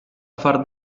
far